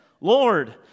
Lord